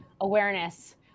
awareness